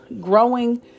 growing